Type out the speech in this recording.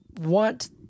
want